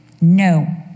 no